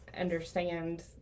understand